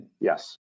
yes